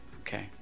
Okay